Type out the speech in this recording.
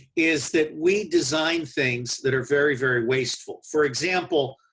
is that we design things that are very, very wasteful. for example,